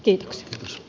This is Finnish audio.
kiitoksia